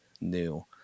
new